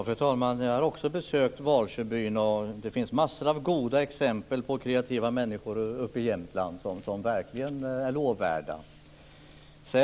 Fru talman! Jag har också besökt Valsjöbyn. Det finns massor av goda exempel på kreativa människor uppe i Jämtland som verkligen är lovvärda.